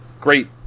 great